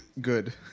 good